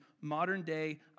modern-day